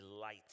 light